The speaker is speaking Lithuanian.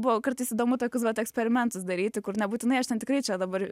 buvo kartais įdomu tokius pat eksperimentus daryti kur nebūtinai aš ten tikrai čia dabar